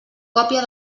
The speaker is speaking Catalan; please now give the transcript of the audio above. còpia